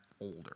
older